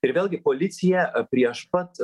ir vėlgi policija prieš pat